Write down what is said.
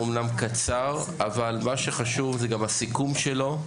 אמנם קצר אבל מה שחשוב זה גם הסיכום שלו.